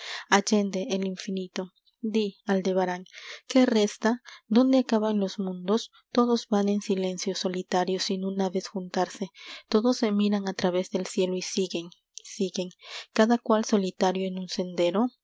allende el infinito di aldebarán qué resta dónde acaban los mundos todos van en silencio solitarios sin una vez untarse todos se miran a través del cielo y siguen siguen cada cual solitario en un sendero